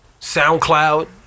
SoundCloud